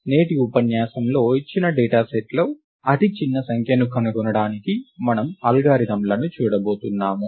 నేటి ఉపన్యాసంలో ఇచ్చిన డేటా సెట్లో అతి చిన్న సంఖ్యను కనుగొనడానికి మనము అల్గారిథమ్లను చూడబోతున్నాము